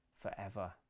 forever